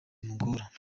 bimugora